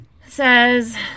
says